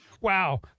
Wow